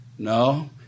No